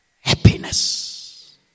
happiness